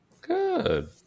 Good